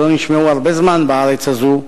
שלא נשמעו הרבה זמן בארץ הזו,